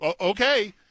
Okay